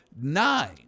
Nine